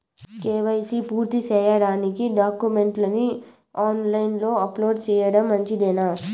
KYC పూర్తి సేయడానికి డాక్యుమెంట్లు ని ఆన్ లైను లో అప్లోడ్ సేయడం మంచిదేనా?